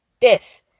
death